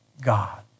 God